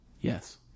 Yes